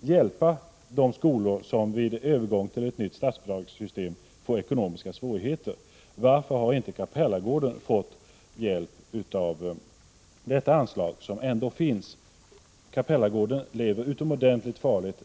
hjälpa de skolor som vid övergång till ett nytt statsbidragssystem får ekonomiska svårigheter. Varför har inte Capellagården fått hjälp av detta anslag som ändå finns? Capellagården lever utomordentligt farligt.